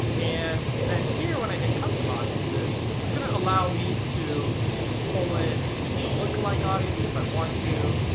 and then here when i hit custom audiences, this is gonna allow me to pull in a lookalike audience if i want to.